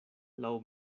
laŭ